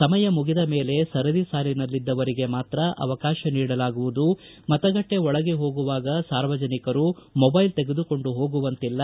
ಸಮಯ ಮುಗಿದ ಮೇಲೆ ಸರದಿ ಸಾಲಿನಲ್ಲಿದ್ದವರಿಗೆ ಮಾತ್ರ ಅವಕಾತ ನೀಡಲಾಗುವುದು ಮತಗಟ್ಟೆ ಒಳಗೆ ಹೋಗುವಾಗ ಸಾರ್ವಜನಿಕರು ಮೊಬೈಲ್ ತೆಗೆದುಕೊಂಡು ಹೋಗುವಂತಿಲ್ಲ